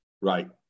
right